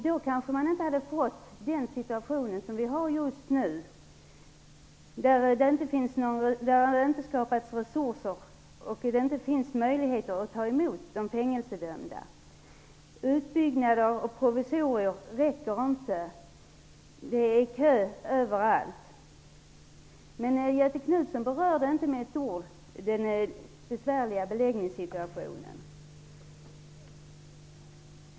Då kanske vi inte hade fått den nuvarande situationen, där det saknas resurser för att ta emot de fängelsedömda. Utbyggnaden av provisorier räcker inte. Det är köer överallt. Göthe Knutson berörde inte med ett ord den besvärliga beläggningssituationen.